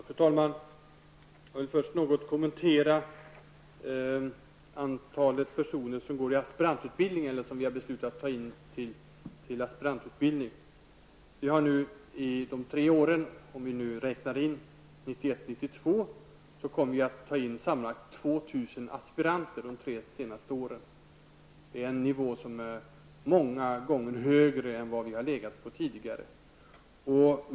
Fru talman! Först vill jag något kommentera det antal personer som vi har beslutat ta in på aspirantutbildning. Under tre år -- om vi räknar in 1991 och 1992 -- kommer vi sammanlagt att ta in 2 000 aspiranter. Det är mer än vi har gjort tidigare.